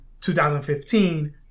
2015